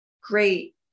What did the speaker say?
great